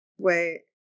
Wait